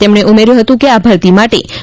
તેમણે ઉમેર્યું હતું કે આ ભરતી માટે તા